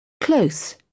close